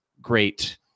great